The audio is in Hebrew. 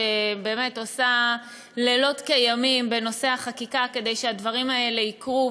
שבאמת עושה לילות כימים בנושא החקיקה כדי שהדברים האלה יקרו,